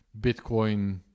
bitcoin